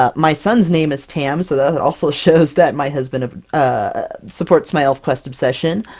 um my son's name is tam, so that that also shows that my husband ah supports my elfquest obsession!